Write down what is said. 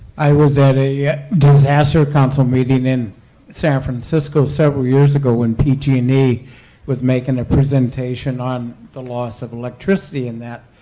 i was at a disaster council meeting in san francisco several years ago when pg and e was making a presentation on the loss of electricity and that.